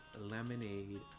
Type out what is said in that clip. lemonade